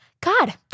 God